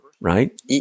right